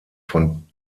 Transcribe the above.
von